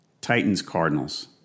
Titans-Cardinals